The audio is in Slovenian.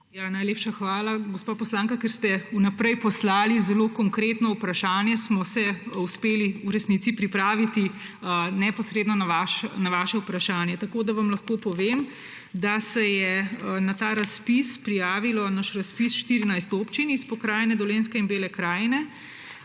Najlepša hvala, gospa poslanka. Ker ste vnaprej poslali zelo konkretno vprašanje, smo se uspeli v resnici pripraviti neposredno na vaše vprašanje, tako da vam lahko povem, da se je na ta razpis prijavilo 14 občin iz pokrajine Dolenjske in Bele krajine,